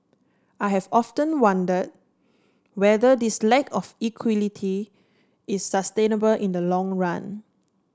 I have often wonder whether this lack of equality is sustainable in the long run